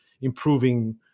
improving